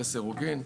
לסירוגין.